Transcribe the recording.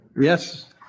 Yes